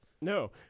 No